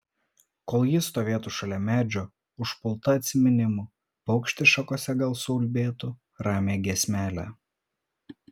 kol ji stovėtų šalia medžio užpulta atsiminimų paukštis šakose gal suulbėtų ramią giesmelę